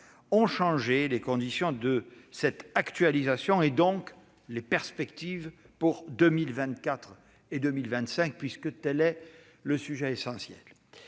ont changé les conditions de cette actualisation et, donc, les perspectives pour 2024 et 2025, puisque tel est l'objet de ce